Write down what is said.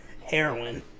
heroin